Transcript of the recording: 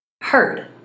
heard